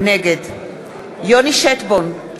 נגד יוני שטבון,